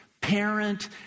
parent